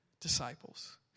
disciples